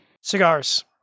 Cigars